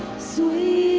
see.